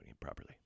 properly